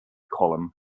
column